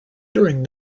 during